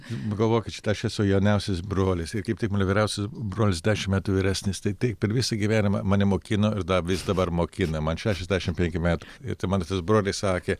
pagalvokit šitą aš esu jauniausias brolis ir kaip tik mano vyriausias brolis dešimt metų vyresnis tai taip per visą gyvenimą mane mokino ir dar vis dabar mokina man šešiasdešimt penki metai tai manasis brolis sakė